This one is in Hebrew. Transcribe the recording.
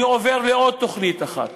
אני עובר לעוד תוכנית אחת,